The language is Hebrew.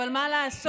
אבל מה לעשות,